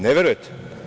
Ne verujete?